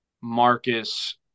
Marcus